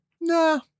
nah